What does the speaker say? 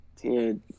Dude